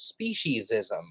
speciesism